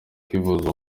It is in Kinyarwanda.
kwivuza